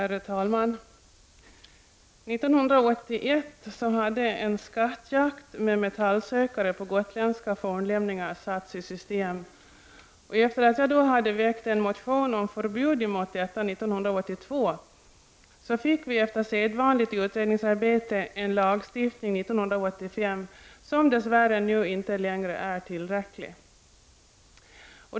Herr talman! År 1981 hade en skattjakt med metallsökare på gotländska fornlämningar satts i system. Efter det att jag väckt en motion om förbud mot detta 1982, fick vi efter sedvanligt utredningsarbete en lagstiftning 1985, som dess värre nu inte längre är tillräcklig.